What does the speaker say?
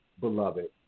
Beloved